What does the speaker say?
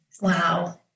Wow